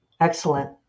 excellent